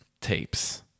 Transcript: tapes